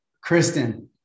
Kristen